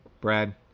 Brad